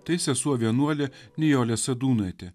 tai sesuo vienuolė nijolė sadūnaitė